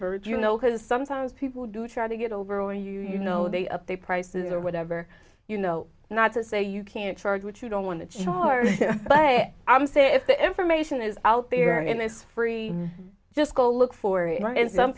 do you know because sometimes people do try to get over owing you you know they pay prices or whatever you know not to say you can't charge which you don't want to charge but i'm saying if the information is out there and it's free just go look for it and some